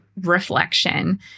reflection